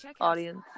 Audience